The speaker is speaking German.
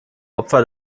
opfer